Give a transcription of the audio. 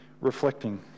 reflecting